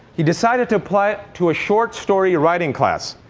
he decided to apply to a short story writing class.